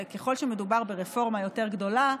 וככל שמדובר ברפורמה יותר גדולה,